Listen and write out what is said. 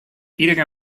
iedere